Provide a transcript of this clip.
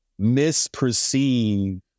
misperceive